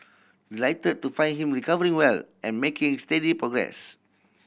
delighted to find him recovering well and making steady progress